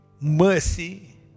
mercy